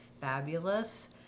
fabulous